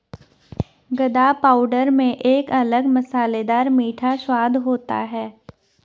गदा पाउडर में एक अलग मसालेदार मीठा स्वाद होता है